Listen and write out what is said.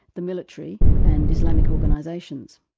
the military, and islamic organisations.